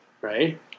right